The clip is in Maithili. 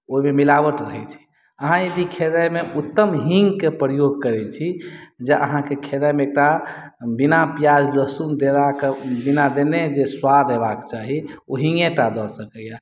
ओहिमे मिलावट रहै छै अहाँ यदि खेनाई मे उत्तम हींग के प्रयोग करै छी जे अहाँ के खेनाई मे एकटा बिना प्याज लहसुन देला के बिना देने जे स्वाद होएबाक चाही ओ हिंगेटा दऽ सकैया